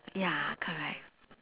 ya correct